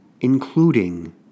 including